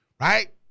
right